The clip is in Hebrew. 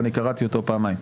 וקראתי אותו פעמיים,